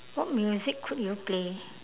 what music could you play